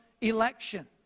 election